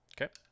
okay